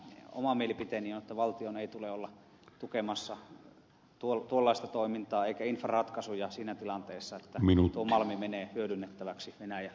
oma mielipiteeni on että valtion ei tule olla tukemassa tuollaista toimintaa eikä infraratkaisuja siinä tilanteessa että tuo malmi menee hyödynnettäväksi venäjälle